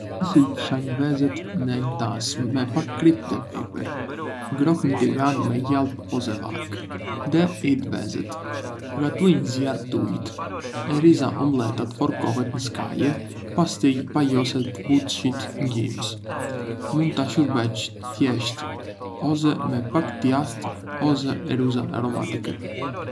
Nisëj të çanj vezët në një tas me pak kripë dhe piper. Ngroh një tigan me gjalpë ose vaj dhe hidh vezët. Gatuaj në zjarr të ulët derisa omëleta të forcohet në skaje, pastaj palose butësisht në gjysmë. Mund ta shërbesh të thjeshtë ose me pak djathë ose erëza aromatike.